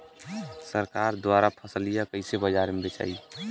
सरकार द्वारा फसलिया कईसे बाजार में बेचाई?